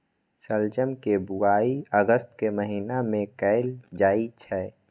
शलजम के बुआइ अगस्त के महीना मे कैल जाइ छै